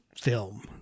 film